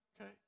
okay